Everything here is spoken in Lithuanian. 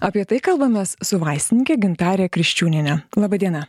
apie tai kalbamės su vaistininke gintare kriščiūniene laba diena